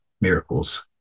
miracles